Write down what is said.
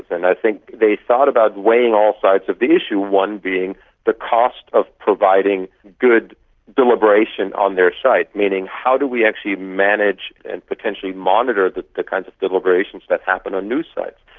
and i think they thought about weighing all sides of the issue, one being the cost of providing good deliberation on their site, meaning how do we actually manage and potentially monitor the the kinds of deliberations that happen on news sites.